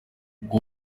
ngo